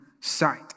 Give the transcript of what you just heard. sight